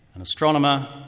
an astronomer,